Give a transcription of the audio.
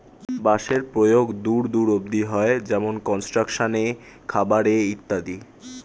বাঁশের প্রয়োগ দূর দূর অব্দি হয়, যেমন কনস্ট্রাকশন এ, খাবার এ ইত্যাদি